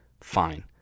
Fine